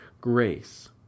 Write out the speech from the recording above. grace